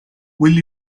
will